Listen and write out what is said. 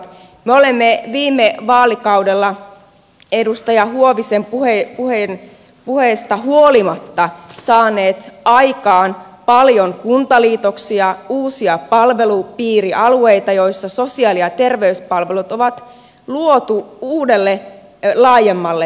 me olemme viime vaalikaudella edustaja huovisen puheista huolimatta saaneet aikaan paljon kuntaliitoksia uusia palvelupiirialueita joilla sosiaali ja terveyspalvelut on luotu uudelle laajemmalle alueelle